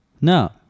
no